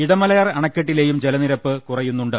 ഇട മലയാർ അണക്കെട്ടിലേയും ജലനിരപ്പ് കുറയുന്നുണ്ട്